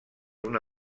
una